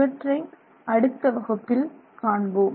இவற்றை அடுத்த வகுப்பில் காண்போம்